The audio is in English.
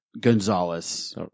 Gonzalez